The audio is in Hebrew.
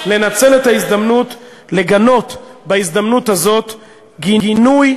לנצל את ההזדמנות לגנות בהזדמנות הזאת גינוי,